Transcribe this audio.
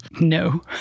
No